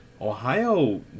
Ohio